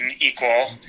equal